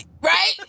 Right